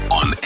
on